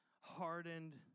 hardened